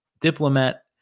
diplomat